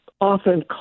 often